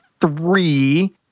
three